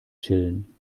chillen